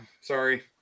Sorry